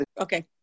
Okay